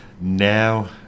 Now